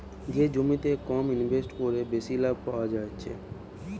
যে জমিতে কম ইনভেস্ট কোরে বেশি লাভ পায়া যাচ্ছে